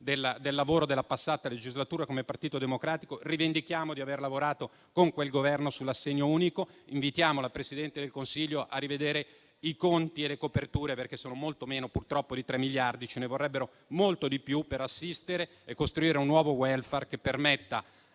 del lavoro della passata legislatura. Come Partito Democratico, rivendichiamo di aver lavorato con quel Governo sull'assegno unico. Invitiamo la Presidente del Consiglio a rivedere i conti e le coperture, perché sono molto meno, purtroppo, di 3 miliardi; ce ne vorrebbero molti di più per assistere e costruire un nuovo *welfare* che permetta